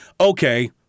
Okay